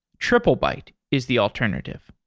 triplebyte is the alternative.